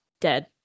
dead